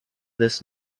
this